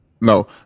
no